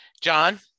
John